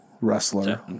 wrestler